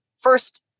first